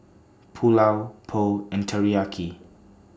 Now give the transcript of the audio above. Pulao Pho and Teriyaki